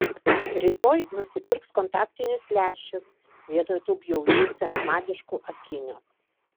rytoj nusipirks kontaktinius lęšius vietoj tų bjaurių senamadiškų akinių